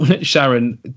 Sharon